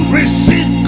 receive